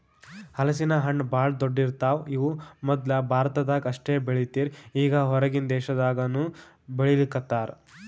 ಹಲಸಿನ ಹಣ್ಣ್ ಭಾಳ್ ದೊಡ್ಡು ಇರ್ತವ್ ಇವ್ ಮೊದ್ಲ ಭಾರತದಾಗ್ ಅಷ್ಟೇ ಬೆಳೀತಿರ್ ಈಗ್ ಹೊರಗಿನ್ ದೇಶದಾಗನೂ ಬೆಳೀಲಿಕತ್ತಾರ್